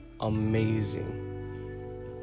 amazing